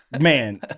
Man